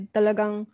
Talagang